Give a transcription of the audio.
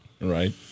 right